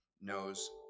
knows